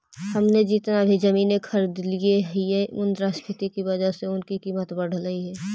हमने जितना भी जमीनें खरीदली हियै मुद्रास्फीति की वजह से उनकी कीमत बढ़लई हे